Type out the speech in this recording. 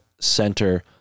center